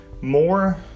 more